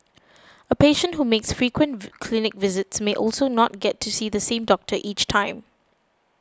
a patient who makes frequent clinic visits may also not get to see the same doctor each time